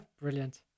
Brilliant